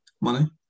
money